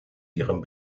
ihrem